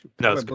no